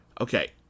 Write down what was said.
Okay